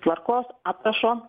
tvarkos aprašo